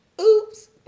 oops